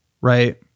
right